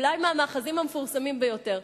אולי מהמאחזים המפורסמים ביותר,